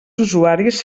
usuaris